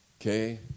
Okay